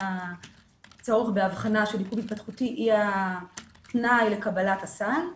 הצורך בהבחנה של עיכוב התפתחותי הוא התנאי לקבלת הסל.